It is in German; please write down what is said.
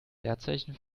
leerzeichen